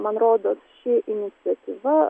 man rodos ši iniciatyva